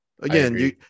Again